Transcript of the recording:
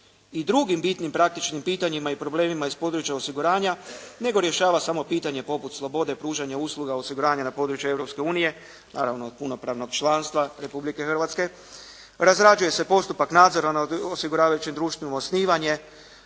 i drugim bitnim praktičnim pitanjima i problemima iz područja osiguranja nego rješava samo pitanje poput slobode, pružanja usluga, osiguranja na području Europske unije, naravno punopravnog članstva Republike Hrvatske. Razrađuje se postupak nadzora nad osiguravajućim društvima, osnivanje,